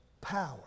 power